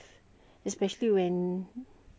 you are so exposed to COVID